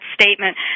statement